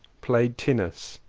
played tennis,